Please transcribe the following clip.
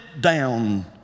down